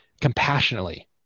compassionately